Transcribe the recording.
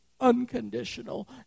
unconditional